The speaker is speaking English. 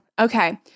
Okay